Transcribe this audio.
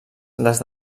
les